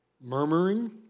Murmuring